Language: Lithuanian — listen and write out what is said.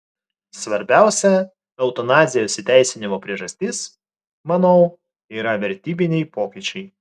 svarbiausia eutanazijos įteisinimo priežastis manau yra vertybiniai pokyčiai